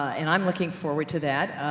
and i'm looking forward to that.